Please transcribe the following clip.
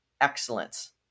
excellence